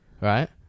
Right